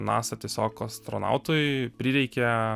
nasa tiesiog astronautui prireikė